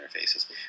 interfaces